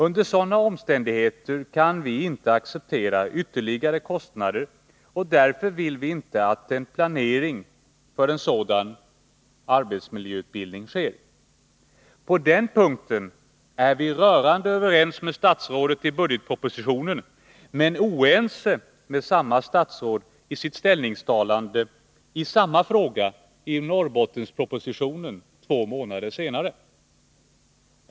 Under sådana omständigheter kan vi inte acceptera ytterligare kostnader, och därför vill vi inte att en planering för en sådan arbetsmiljöutbildning sker. På den punkten är vi rörande överens med statsrådet i budgetpropositionen men oense med samma statsråd i hans ställningstagande i samma fråga i Norrbottenspropositionen två månader senare.